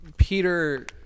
Peter